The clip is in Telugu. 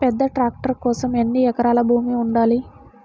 పెద్ద ట్రాక్టర్ కోసం ఎన్ని ఎకరాల భూమి ఉండాలి?